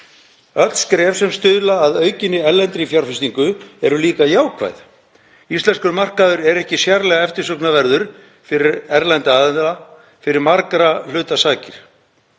Öll skref sem stuðla að aukinni erlendri fjárfestingu eru líka jákvæð. Íslenskur markaður er ekki sérlega eftirsóknarverður fyrir erlenda aðila fyrir margra hluta sakir.